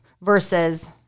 versus